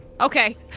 Okay